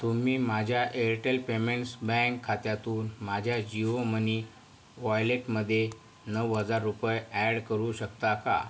तुम्ही माझ्या Airtel payments bank खात्यातून माझ्या जिओ मनी वॉयलेटमध्ये नऊ हजार रुपये ॲड करू शकता का